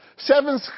Seven